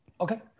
Okay